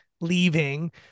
leaving